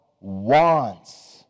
Wants